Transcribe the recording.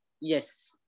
Yes